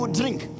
drink